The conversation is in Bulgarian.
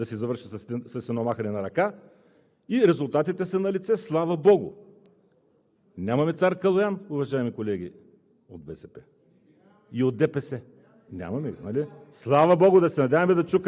Продължават ремонтите –това не е дейност, която може да се завърши с едно махане на ръка, и резултатите са налице, слава богу. Нямаме Цар Калоян, уважаеми колеги от БСП